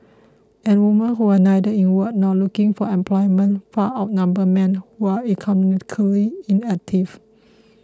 and woman who are neither in work nor looking for employment far outnumber men who are economically inactive